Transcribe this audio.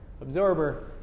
absorber